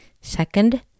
Second